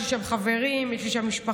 יש לי שם חברים, יש לי שם משפחה.